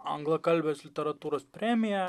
anglakalbės literatūros premija